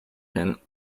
pin